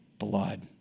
blood